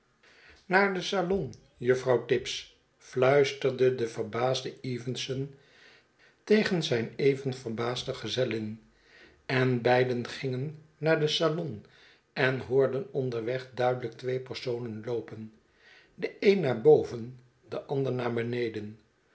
naar den salon juffrouw tibbs fluisterde de verbaasde evenson tegen zijn even verbaasde gezellin en beiden gingen naar den salon en hoorden onderweg duidelijk twee personen loopen den een naar boven den ander naar beneden